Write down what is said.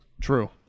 True